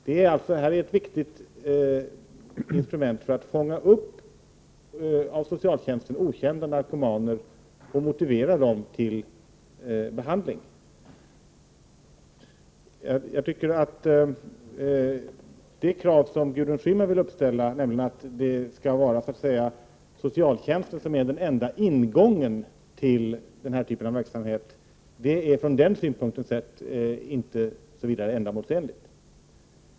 Det här är alltså ett viktigt instrument för att fånga upp av socialtjänsten okända narkomaner och motivera dem till behandling. Det krav som Gudrun Schyman vill uppställa, nämligen att socialtjänsten skall vara den enda ”ingången” till den här typen av verksamhet är däremot inte särskilt ändamålsenligt.